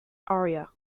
aria